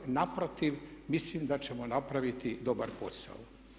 Naprotiv, mislim da ćemo napraviti dobar posao.